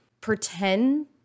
pretend